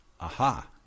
aha